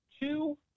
two –